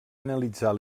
analitzar